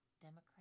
Democrat